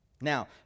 Now